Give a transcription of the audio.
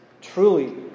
truly